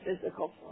physical